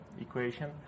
equation